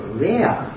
rare